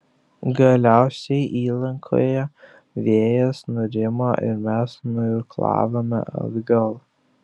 galiausiai įlankoje vėjas nurimo ir mes nuirklavome atgal